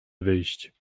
wyjść